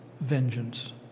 vengeance